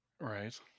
Right